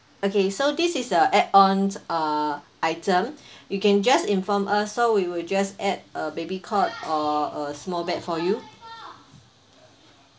okay so this is a add-ons uh item you can just inform us so we will just add a baby cot or a small bed for you